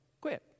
quit